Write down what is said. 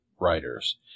writers